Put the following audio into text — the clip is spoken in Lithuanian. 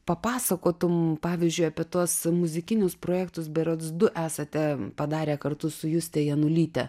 papasakotum pavyzdžiui apie tuos muzikinius projektus berods du esate padarę kartu su juste janulyte